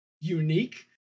unique